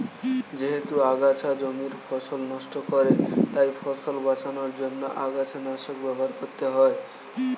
যেহেতু আগাছা জমির ফসল নষ্ট করে তাই ফসল বাঁচানোর জন্য আগাছানাশক ব্যবহার করতে হয়